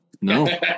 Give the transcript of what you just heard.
no